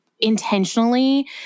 intentionally